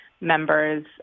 members